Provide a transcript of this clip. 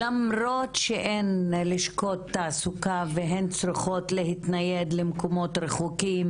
למרות שאין לשכות תעסוקה והן צריכות להתנייד למקומות רחוקים,